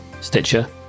Stitcher